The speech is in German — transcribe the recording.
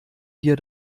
wir